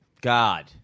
God